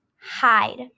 Hide